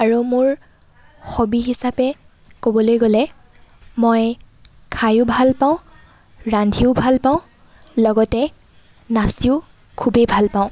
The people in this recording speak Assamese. আৰু মোৰ হবি হিচাপে ক'বলৈ গ'লে মই খায়ো ভাল পাওঁ ৰান্ধিও ভাল পাওঁ লগতে নাচিও খুবেই ভাল পাওঁ